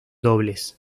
dobles